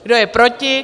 Kdo je proti?